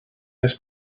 his